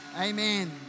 Amen